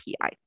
PI